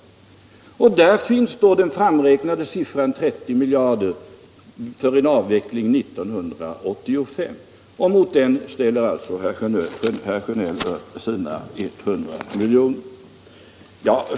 Där finns den framräknade siffran 30 miljarder för en avveckling 1985. Mot den ställer herr Sjönell upp sina 100 miljarder.